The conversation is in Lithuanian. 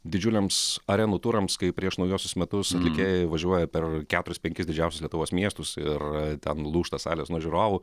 didžiuliams arenų turams kai prieš naujuosius metus atlikėjai važiuoja per keturis penkis didžiausius lietuvos miestus ir ten lūžta salės nuo žiūrovų